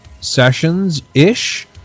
sessions-ish